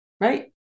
Right